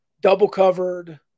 Double-covered